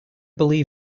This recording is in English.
going